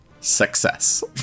success